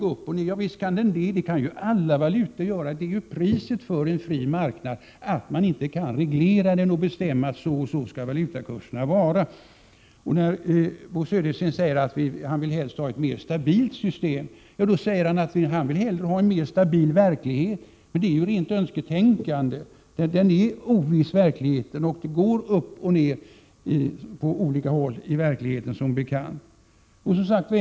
1987/88:122 kan ju alla valutor göra. Det är ju priset för en fri marknad; man kan inte 18 maj 1988 reglera den och bestämma att valutakurserna skall vara sådana eller sådana. När Bo Södersten säger att han helst vill ha ett mer stabilt system, då säger han att han hellre vill ha en mer stabil verklighet. Det är dock rent önsketänkande. Verkligheten är oviss, och det går upp och ner på olika håll i verkligheten som bekant.